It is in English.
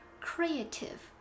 creative